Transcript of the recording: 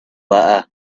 butter